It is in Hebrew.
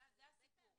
זה הסיפור.